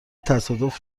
تصادف